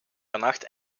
vannacht